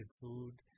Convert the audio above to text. food